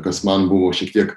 kas man buvo šiek tiek